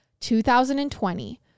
2020